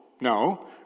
no